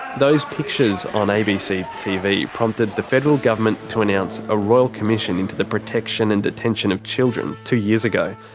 those pictures on abc tv prompted the federal government to announce a royal commission into the protection and detention of children two years ago.